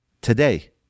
today